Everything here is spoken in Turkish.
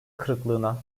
kırıklığına